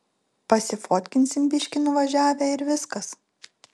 pasifotkinsim biškį nuvažiavę ir viskas